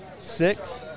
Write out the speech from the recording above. Six